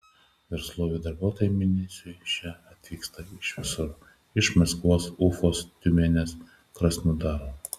verslovių darbuotojai mėnesiui čia atvyksta iš visur iš maskvos ufos tiumenės krasnodaro